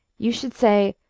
you should say,